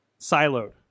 siloed